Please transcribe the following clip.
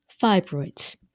fibroids